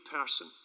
person